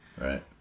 Right